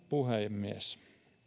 puhemies